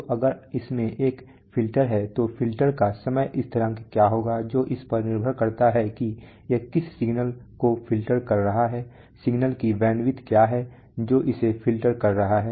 तो अगर इसमें एक फ़िल्टर है तो फ़िल्टर का समय स्थिरांक क्या होगा जो इस बात पर निर्भर करता है कि यह किस सिग्नल को फ़िल्टर कर रहा है सिग्नल की बैंडविड्थ क्या है जो इसे फ़िल्टर कर रहा है